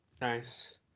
Nice